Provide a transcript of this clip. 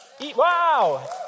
Wow